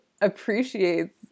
appreciates